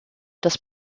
das